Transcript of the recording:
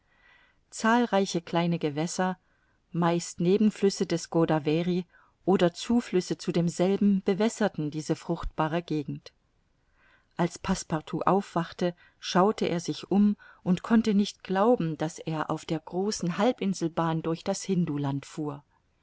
zahlreiche kleine gewässer meist nebenflüsse des godavery oder zuflüsse zu demselben bewässerten diese fruchtbare gegend als passepartout aufwachte schaute er sich um und konnte nicht glauben daß er auf der großen halbinsel bahn durch das hinduland fuhr